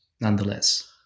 nonetheless